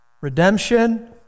Redemption